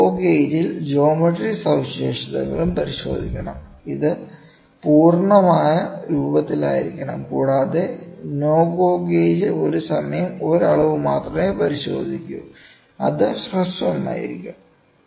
ഒരു go gauge ഇൽ geometry സവിശേഷതകളും പരിശോധിക്കണം അത് പൂർണ്ണ രൂപത്തിലായിരിക്കണം കൂടാതെ നോ ഗോ ഗേജ് ഒരു സമയം ഒരു അളവ് മാത്രമേ പരിശോധിക്കൂ അത് ഹ്രസ്വമായിരിക്കും